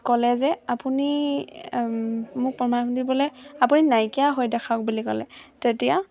ক'লে যে আপুনি মোক প্ৰমাণ দিবলৈ আপুনি নাইকিয়া হৈ দেখাওক বুলি ক'লে তেতিয়া